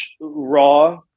raw